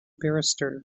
barrister